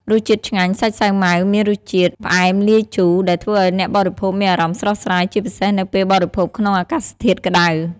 រសជាតិឆ្ងាញ់ សាច់សាវម៉ាវមានរសជាតិ ផ្អែមលាយជូរ ដែលធ្វើឱ្យអ្នកបរិភោគមានអារម្មណ៍ស្រស់ស្រាយ ជាពិសេសនៅពេលបរិភោគក្នុងអាកាសធាតុក្តៅ។